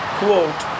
quote